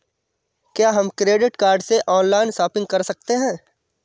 क्या हम credit card से ऑनलाइन शॉपिंग कर सकते हैं?